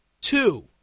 Two